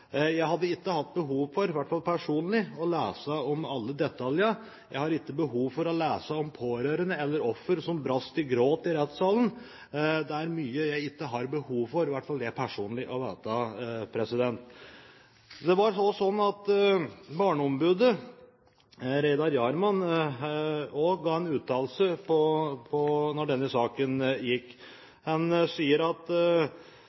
Jeg har ikke behov for – i hvert fall ikke personlig – å lese om alle detaljene. Jeg har ikke behov for å lese om pårørende eller offer som brast i gråt i rettssalen. Det er mye jeg ikke har behov for – i hvert fall ikke personlig – å vite. Barneombudet, Reidar Hjermann, kom også med en uttalelse da denne saken gikk. Han mener at